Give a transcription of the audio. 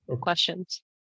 questions